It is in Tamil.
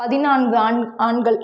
பதினான்கு ஆண் ஆண்டுகள்